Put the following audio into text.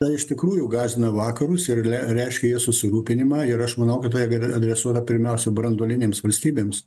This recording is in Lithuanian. na iš tikrųjų gąsdina vakarus ir reiškė jie susirūpinimą ir aš manau kad tai adresuota pirmiausia branduolinėms valstybėms